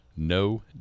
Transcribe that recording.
No